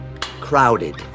Crowded